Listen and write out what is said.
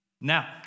Now